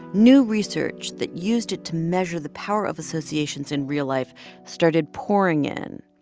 new research that used it to measure the power of associations in real life started pouring in.